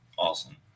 Awesome